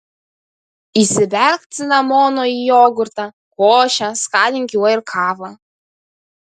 įsiberk cinamono į jogurtą košę skanink juo ir kavą